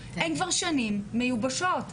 הן כבר שנים מיובשות.